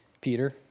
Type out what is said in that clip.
Peter